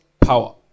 Power